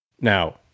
Now